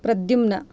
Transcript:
Pradyumna